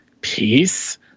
peace